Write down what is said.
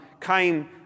came